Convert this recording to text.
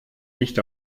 nicht